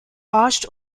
arched